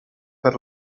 per